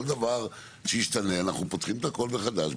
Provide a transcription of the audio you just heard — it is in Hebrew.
כל דבר שישתנה אנחנו פותחים את הכל מחדש,